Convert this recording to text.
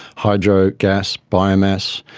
hydro, gas, biomass,